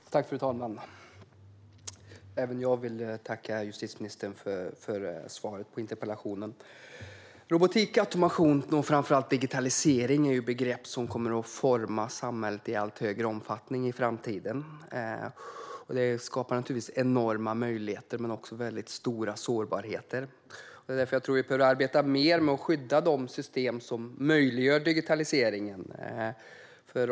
Fru talman! Även jag vill tacka justitieministern för svaret på interpellationen. Robotik, automation och framför allt digitalisering är begrepp som kommer att forma samhället i allt större omfattning i framtiden. Det skapar naturligtvis enorma möjligheter men också mycket stora sårbarheter. Därför tror jag att vi behöver arbeta mer med att skydda de system som möjliggör digitaliseringen.